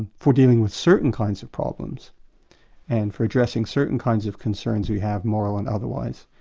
and for dealing with certain kinds of problems and for addressing certain kinds of concerns we have, moral and otherwise.